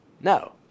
No